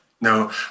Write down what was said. No